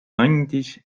andis